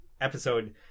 episode